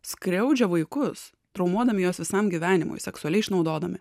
skriaudžia vaikus traumuodami juos visam gyvenimui seksualiai išnaudodami